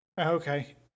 Okay